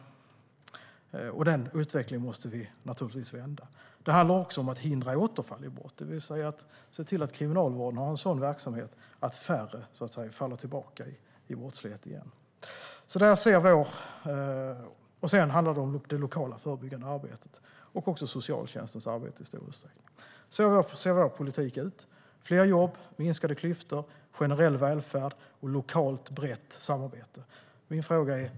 Den utvecklingen måste vi naturligtvis vända. Det handlar också om att hindra återfall i brott, det vill säga att se till att Kriminalvården har en sådan verksamhet att färre faller tillbaka i brottslighet igen. Sedan finns det lokala förebyggande arbetet och socialtjänstens arbete. Så ser vår politik ut, det vill säga fler jobb, minskade klyftor, generell välfärd och lokalt brett samarbete.